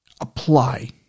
apply